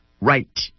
right